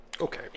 Okay